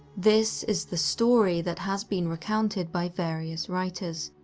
this is the story that has been recounted by various writers,